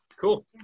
Cool